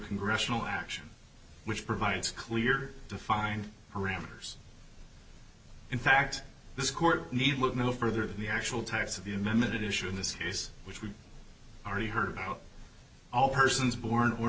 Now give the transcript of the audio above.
congressional action which provides clear defined parameters in fact this court need look no further than the actual types of the amendment issue in this case which we've already heard all persons born or